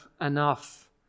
enough